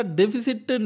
deficit